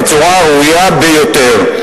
בצורה הראויה ביותר.